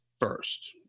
first